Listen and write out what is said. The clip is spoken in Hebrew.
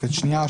תוספת שנייה,